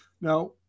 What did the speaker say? Now